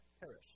perish